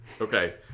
Okay